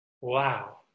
Wow